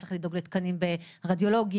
צריך לדאוג לתקנים ברדיולוגיה,